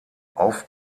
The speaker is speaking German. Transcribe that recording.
auf